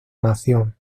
nación